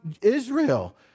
Israel